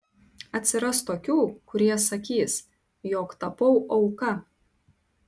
atsiras tokių kurie sakys jog tapau auka